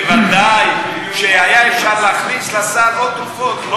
ודאי שהיה אפשר להכניס לסל עוד תרופות.